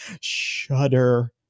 Shudder